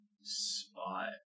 spot